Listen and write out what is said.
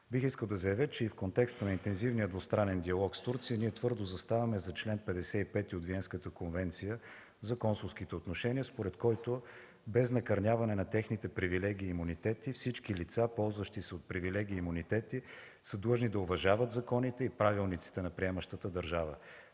бих искал да заявя, че и в контекста на интензивния двустранен диалог с Турция ние твърдо заставаме зад чл. 55 от Виенската конвенция за консулските отношения, според който без накърняване на техните привилегии и имунитети, всички лица, ползващи се от привилегии и имунитети, са длъжни да уважават законите и правилниците на приемащата държава.